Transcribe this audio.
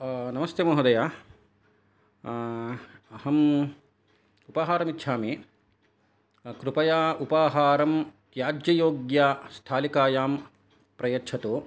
नमस्ते महोदय अहं उपाहारमिच्छामि कृपया उपाहारं याज्ययोग्या स्थालिकायां प्रयच्छतु